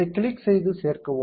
அதைக் கிளிக் செய்து சேர்க்கவும்